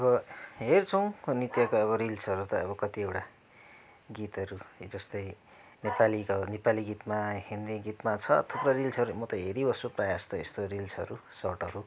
अब हेर्छौँ नृत्यको रिल्सहरू त अब कतिवटा गीतहरू जस्तै नेपालीको नेपाली गीतमा हिन्दी गीतमा छ थुप्रै रिल्सहरू म त हेरिबस्छु प्रायः जस्तो यस्तो रिल्सहरू सर्ट्हरू